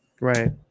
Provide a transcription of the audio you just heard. Right